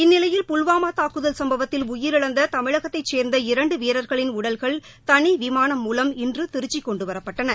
இந்நிலையில் புல்வாமா தாக்குதல் சும்பவத்தில் உயிரிழந்த தமிழகத்தைச் சேர்ந்த இரண்டு வீரர்களின் உடல்கள் தனி விமானம் மூலம் இன்று திருச்சி கொண்டுவரப்பட்டன